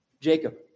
Jacob